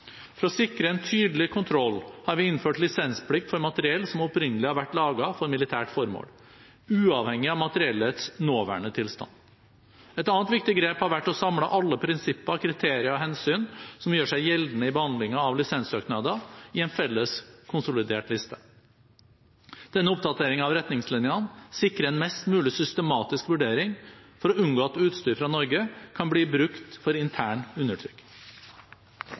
For å sikre en tydelig kontroll har vi innført lisensplikt for materiell som opprinnelig har vært laget for militært formål, uavhengig av materiellets nåværende tilstand. Et annet viktig grep har vært å samle alle prinsipper, kriterier og hensyn som gjør seg gjeldende i behandlingen av lisenssøknader, i en felles konsolidert liste. Denne oppdateringen av retningslinjene sikrer en mest mulig systematisk vurdering for å unngå at utstyr fra Norge kan bli brukt for intern